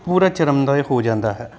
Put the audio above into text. ਪੂਰਾ ਚਰਮ ਦਾ ਹੋ ਜਾਂਦਾ ਹੈ